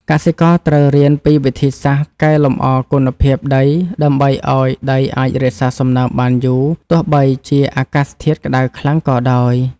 កសិករត្រូវរៀនពីវិធីសាស្ត្រកែលម្អគុណភាពដីដើម្បីឱ្យដីអាចរក្សាសំណើមបានយូរ ទោះបីជាអាកាសធាតុក្តៅខ្លាំងក៏ដោយ។